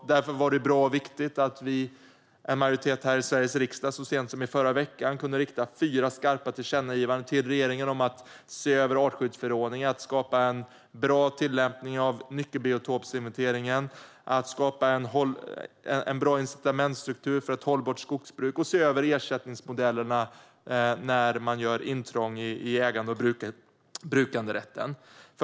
Därför var det bra och viktigt att en majoritet i Sveriges riksdag så sent som i förra veckan kunde rikta fyra skarpa tillkännagivanden till regeringen om att se över artskyddsförordningen, att skapa en bra tillämpning av nyckelbiotopsinventeringen, att skapa en bra incitamentsstruktur för ett hållbart skogsbruk och att se över ersättningsmodellerna när man gör intrång i ägande och brukanderätten.